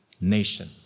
nation